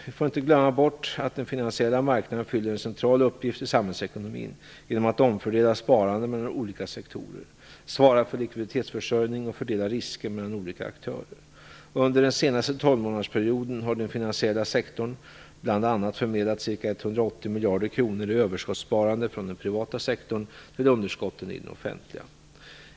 Vi får inte glömma bort att den finansiella marknaden fyller en central uppgift i samhällsekonomin genom att omfördela sparande mellan olika sektorer, svara för likviditetsförsörjning och fördela risker mellan olika aktörer. Under den senaste tolvmånadersperioden har den finansiella sektorn bl.a. förmedlat ca 180 miljarder kronor i överskottssparande från den privata sektorn till underskotten i den offentliga.